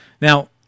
Now